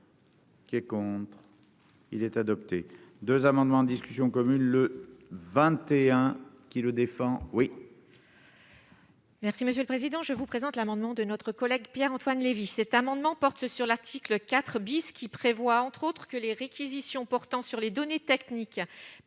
Qui est con, il est adopté 2 amendements en discussion commune le 21 qui le défend oui. Merci monsieur le président je vous présente l'amendement de notre collègue Pierre-Antoine Levi cet amendement porte sur l'article IV bis qui. Prévoit entre autres que les réquisitions portant sur les données techniques